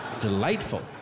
Delightful